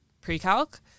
pre-calc